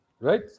right